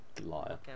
Liar